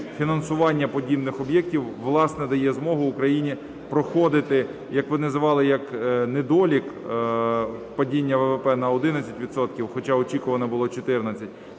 фінансування подібних об'єктів, власне, дає змогу Україні проходити, як ви називали як недолік падіння ВВП на 11 відсотків, хоча очікувано було 14.